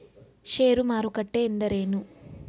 ಷೇರು ಮಾರುಕಟ್ಟೆ ಎಂದರೇನು?